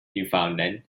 newfoundland